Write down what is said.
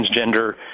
transgender